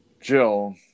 jill